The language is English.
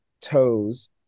toes